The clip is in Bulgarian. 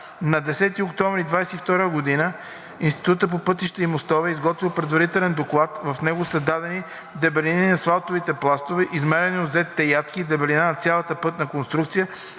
На 10 октомври 2022 г. Институтът по пътища и мостове е изготвил предварителен доклад, в него са дадени дебелини на асфалтовите пластове, измерения от взетите ядки и дебелина на цялата пътна конструкция,